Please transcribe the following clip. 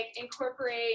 incorporate